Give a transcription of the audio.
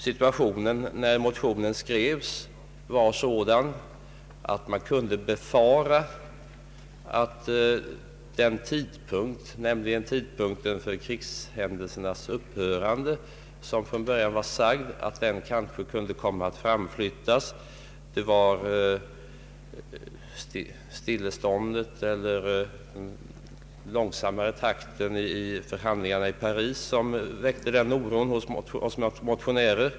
«Situationen = när motionen skrevs var sådan att man kunde befara att tidpunkten för krigshändelsernas upphörande kanske kunde komma att framflyttas. Det var den långsamma takten i stilleståndsförhandlingarna i Paris som väckte den oron hos oss motionärer.